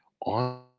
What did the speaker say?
on